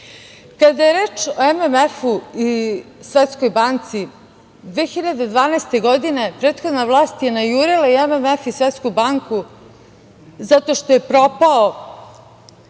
je reč o MMF-u i Svetskog banci, 2012. godine, prethodna vlast je najurila i MMF i Svetsku banku, zato što je propalo